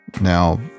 Now